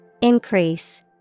Increase